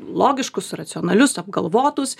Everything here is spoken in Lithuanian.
logiškus racionalius apgalvotus